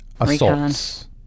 assaults